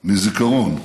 מזיכרון.